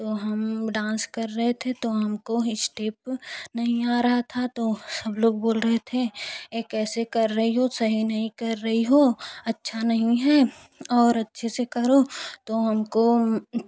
तो हम डांस कर रहे थे तो हमको स्टेप नहीं आ रहे थे तो सब लोग बोल रहे थे यह कैसे कर रही हो सही नहीं कर रही हो अच्छा नहीं है और अच्छे से करो तो हम को